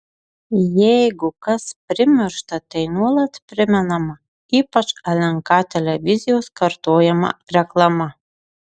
jeigu kas primiršta tai nuolat primenama ypač lnk televizijos kartojama reklama